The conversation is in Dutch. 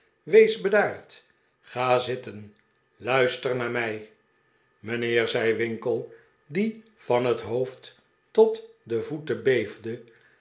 wees bedaard ga zitten en luister naar mij mijnheer zei winkle die van het hoofd tot de voeten